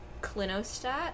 clinostat